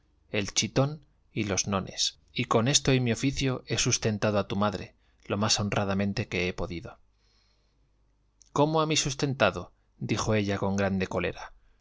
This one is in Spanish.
el chitón y los nones y con esto y mi oficio he sustentado a tu madre lo más honradamente que he podido cómo a mí sustentado dijo ella con grande cólera